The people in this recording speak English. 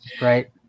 Right